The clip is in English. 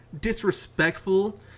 disrespectful